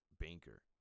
banker